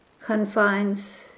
confines